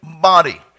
body